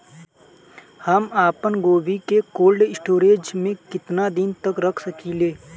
हम आपनगोभि के कोल्ड स्टोरेजऽ में केतना दिन तक रख सकिले?